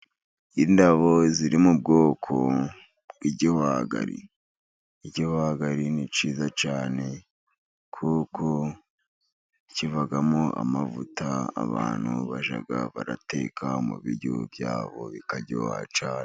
Indabo ziri mu bwoko bw'igihwagari. Igiwagari ni cyiza cyane kuko kivamo amavuta abantu bajaga barateka mu bihugu byabo bikajya wacra